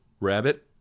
Rabbit